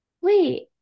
wait